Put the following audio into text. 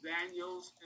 Daniels